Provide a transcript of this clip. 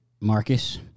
Marcus